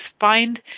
find